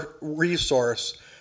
resource